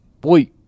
Boy